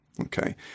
okay